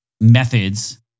methods